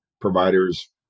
providers